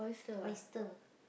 oyster